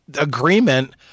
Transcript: agreement